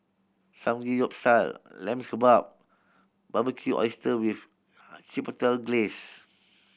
Samgeyopsal Lamb Kebab and Barbecued Oyster with Chipotle Glaze